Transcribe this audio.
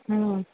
ம்